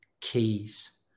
keys